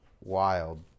wild